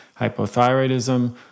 hypothyroidism